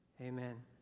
amen